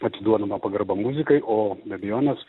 atiduodama pagarba muzikai o be abejonės